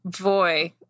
boy